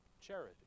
Charity